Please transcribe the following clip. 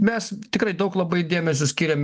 mes tikrai daug labai dėmesio skyrėm